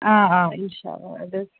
آ آ اِنشاء اللہ